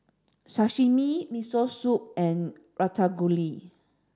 Sashimi Miso Soup and Ratatouille